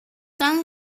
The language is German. dann